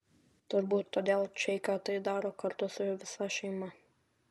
turbūt todėl čeika tai daro kartu su visa šeima